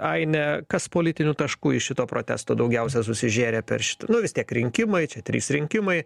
aine kas politinių taškų iš šito protesto daugiausiai susižėrė per šitą nu vis tiek rinkimai čia trys rinkimai